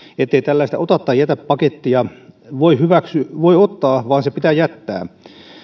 ettei tällaista ota tai jätä pakettia voi ottaa vaan se pitää jättää